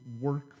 work